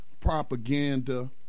propaganda